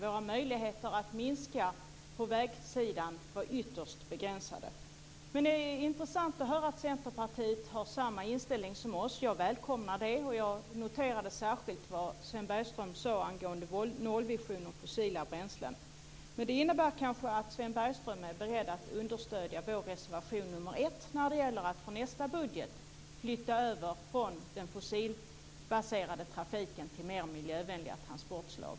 Våra möjligheter att minska på vägsidan var ytterst begränsade. Det är intressant att höra att Centerpartiet har samma inställning som vi. Jag välkomnar det. Jag noterade särskilt vad Sven Bergström sade angående nollvisionen på fossila bränslen. Det innebär kanske att Sven Bergström är beredd att understödja vår reservation nr 1 när det gäller att från nästa budget flytta över från den fossilbaserade trafiken till mer miljövänliga transportslag.